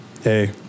Hey